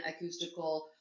acoustical